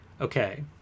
Okay